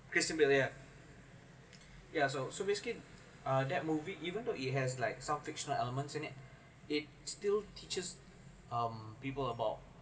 christian bale ah yeah so so basically uh that movie even though it has like some fictional elements in it it still teaches um people about